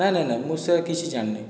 ନାଇ ନାଇ ନାଇ ମୁଁ ସେ କିଛି ଜାଣିନି